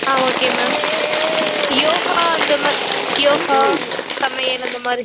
ஆ okay ma'am yoga அந்த மாதிரி யோகா சமையல் அந்த மாதிரி